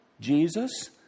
Jesus